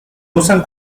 usan